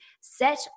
set